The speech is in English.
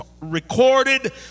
recorded